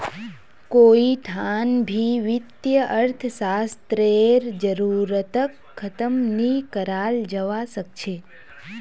कोई ठान भी वित्तीय अर्थशास्त्ररेर जरूरतक ख़तम नी कराल जवा सक छे